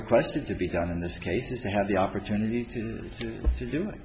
requested to be done in this case we had the opportunity to do